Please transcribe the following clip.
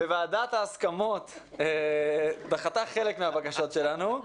וועדת ההסכמות דחתה חלק מהבקשות שלנו.